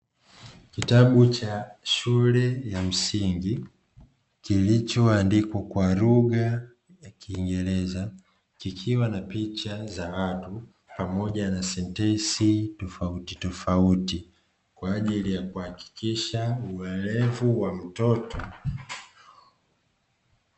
Kitabu cha shule ya msingi, kilichoandikwa kwa lugha ya kiingereza, kikiwa na picha za watu pamoja na sentensi tofautitofauti, kwa ajili ya kuhakikisha uwerevu wa mtoto.